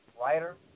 writer